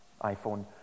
iPhone